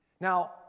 Now